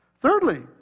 Thirdly